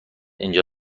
اینجا